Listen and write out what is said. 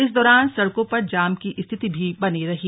इस दौरान सड़कों पर जाम की स्थिति भी बनी रही